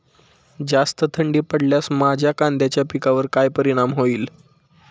जास्त थंडी पडल्यास माझ्या कांद्याच्या पिकावर काय परिणाम होईल?